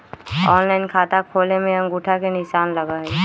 Online खाता खोले में अंगूठा के निशान लगहई?